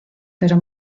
pero